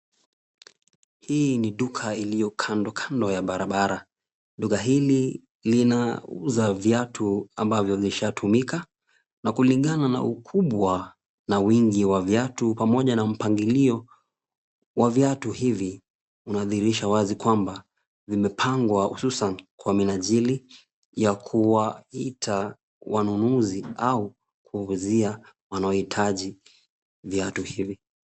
Hii ni duka iliyo kando kando ya barabara. Duka hili linauza viatu ambavyo vishatumika na kulingana na ukubwa na wingi wa viatu pamoja na mpangilio wa viatu hivi unadhirisha wazi kwamba vimepangwa hususan kwa minajili ya kuwaita wanunuzi au kuuzia wanaohitaji viatu hivi.